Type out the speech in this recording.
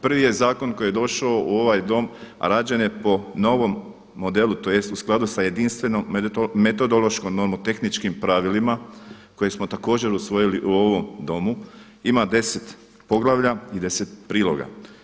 Prvi je zakon koji je došao u ovaj Dom a rađen je po novom modelu tj. u skladu sa jedinstvenom metodološkom nomotehničkim pravilima kojeg smo također usvojili u ovom Domu. ima 10 poglavlja i 10 priloga.